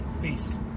Peace